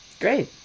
Great